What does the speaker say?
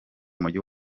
mujyi